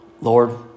Lord